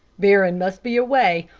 barron must be away.